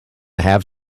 have